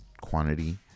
quantity